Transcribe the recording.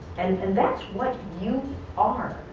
and and that's what you are.